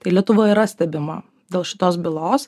tai lietuva yra stebima dėl šitos bylos